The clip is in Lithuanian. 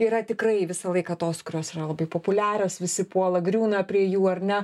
yra tikrai visą laiką tos kurios yra labai populiarios visi puola griūna prie jų ar ne